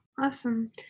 awesome